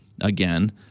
again